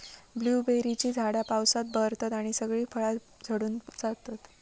ब्लूबेरीची झाडा पावसात बहरतत आणि सगळी फळा झडून जातत